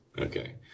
Okay